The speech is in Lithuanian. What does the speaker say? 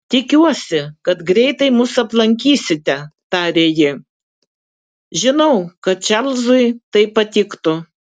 tikiuosi kad greitai mus aplankysite tarė ji žinau kad čarlzui tai patiktų